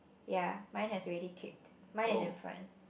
ya mine has already kicked mine is in front